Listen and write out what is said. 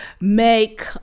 make